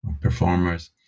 performers